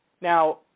Now